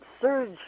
surge